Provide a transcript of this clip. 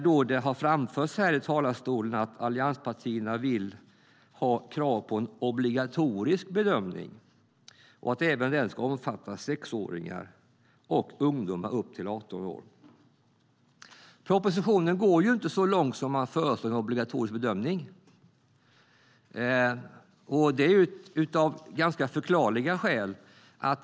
Det har i talarstolen framförts att allianspartierna vill ha krav på en obligatorisk bedömning och att den ska omfatta även sexåringar och ungdomar upp till 18 år. I propositionen går man ju inte så långt som att föreslå en obligatorisk bedömning, och det är av ganska förklarliga skäl.